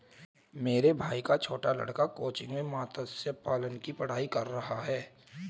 मेरे भाई का छोटा लड़का कोच्चि में मत्स्य पालन की पढ़ाई कर रहा है